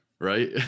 Right